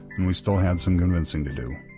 and we still had some convincing to do.